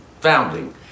founding